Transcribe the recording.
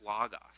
Logos